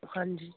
ਹਾਂਜੀ